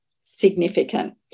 significant